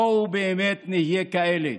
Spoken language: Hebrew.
בואו באמת נהיה כאלה.